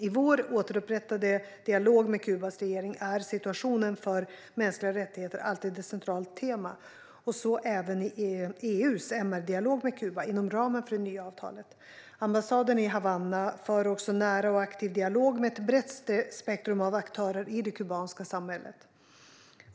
I vår återupprättade dialog med Kubas regering är situationen för mänskliga rättigheter alltid ett centralt tema och så även i EU:s MR-dialog med Kuba inom ramen för det nya avtalet. Ambassaden i Havanna för också nära och aktiv dialog med ett brett spektrum av aktörer i det kubanska samhället.